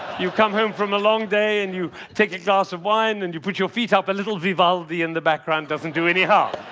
you've come home from a long day, and you take a glass of wine, and you put your feet up. a little vivaldi in the background doesn't do any harm.